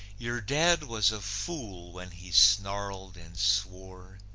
your dad was a fool when he snarled and swore,